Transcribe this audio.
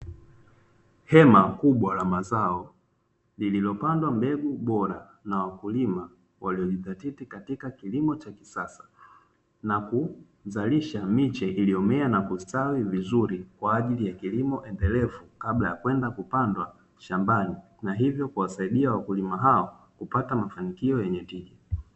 Hema kubwa la mazao lililopandwa mbegu bora na wakulima waliojidhatiti katika kilimo cha kisasa na kuzalisha miche iliyomea na kustawi vizuri kwa ajili ya kilimo endelevu kabla ya kwenda kupandwa shambani na hivyo kuwasaidia wakulima hao kupata mafanikio yenye tija.